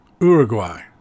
Uruguay